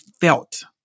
felt